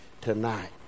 tonight